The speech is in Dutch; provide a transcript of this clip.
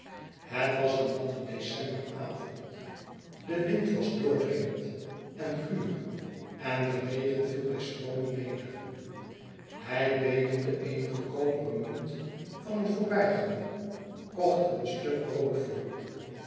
het was een natte decemberavond de wind was doordririgend eh guur en de regen viel bij stroomen neder hij bedelde eenige koperen munt van een voorbijganger kocht er een stuk brood voor